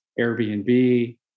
Airbnb